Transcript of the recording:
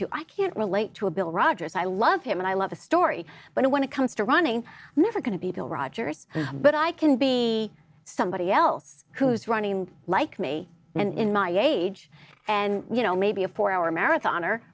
to i can't relate to a bill rodgers i love him and i love a story but when it comes to running never going to be bill rogers but i can be somebody else who's running like me and in my age and you know maybe a four hour marathon